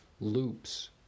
loops